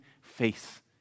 face